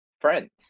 friends